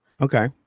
Okay